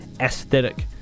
aesthetic